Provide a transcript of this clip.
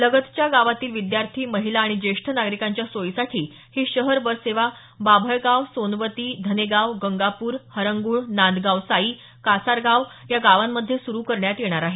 लगतच्या गावातील विद्यार्थी महिला आणि ज्येष्ठ नागरिकांच्या सोयीसाठी ही शहर बस सेवा बाभळगाव सोनवती धनेगाव गंगापूर हरंगुळ नांदगांव साई कासारगाव या गावांमध्ये सुरू करण्यात येणार आहे